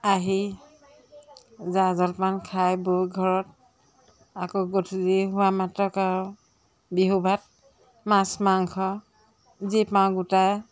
আহি জা জলপান খাই বৈ ঘৰত আকৌ গধূলি হোৱা মাত্ৰকে আৰু বিহু ভাত মাছ মাংস যি পাওঁ গোটাই